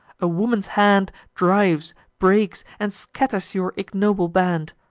a woman's hand drives, breaks, and scatters your ignoble band!